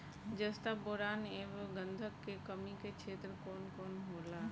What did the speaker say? जस्ता बोरान ऐब गंधक के कमी के क्षेत्र कौन कौनहोला?